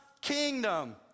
kingdom